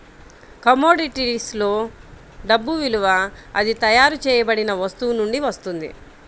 కమోడిటీస్లో డబ్బు విలువ అది తయారు చేయబడిన వస్తువు నుండి వస్తుంది